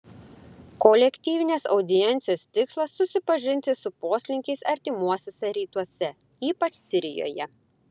kolektyvinės audiencijos tikslas susipažinti su poslinkiais artimuosiuose rytuose ypač sirijoje